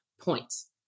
points